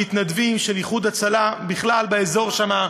מהמתנדבים של "איחוד הצלה" בכלל באזור שם,